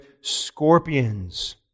scorpions